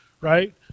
right